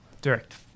direct